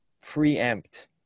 preempt